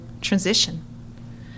transition